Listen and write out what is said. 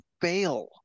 fail